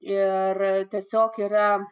ir tiesiog yra